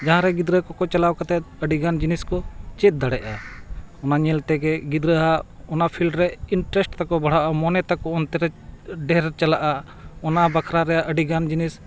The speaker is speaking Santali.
ᱡᱟᱦᱟᱸᱨᱮ ᱜᱤᱫᱽᱨᱟᱹ ᱠᱚᱠᱚ ᱪᱟᱞᱟᱣ ᱠᱟᱛᱮ ᱟᱹᱰᱤ ᱜᱟᱱ ᱡᱤᱱᱤᱥ ᱠᱚ ᱪᱮᱫ ᱫᱟᱲᱮᱭᱟᱜᱼᱟ ᱚᱱᱟ ᱧᱮᱞ ᱛᱮᱜᱮ ᱜᱤᱫᱽᱨᱟᱹᱣᱟᱜ ᱚᱱᱟ ᱯᱷᱤᱞᱰ ᱨᱮ ᱤᱱᱴᱟᱨᱮᱥᱴ ᱛᱟᱠᱚ ᱯᱟᱲᱦᱟᱜᱼᱟ ᱢᱚᱱᱮ ᱛᱟᱠᱚ ᱚᱱᱛᱮᱨᱮ ᱰᱷᱮᱨ ᱪᱟᱞᱟᱜᱼᱟ ᱚᱱᱟ ᱵᱟᱠᱷᱨᱟ ᱨᱮᱭᱟᱜ ᱟᱹᱰᱤᱜᱟᱱ ᱡᱤᱱᱤᱥ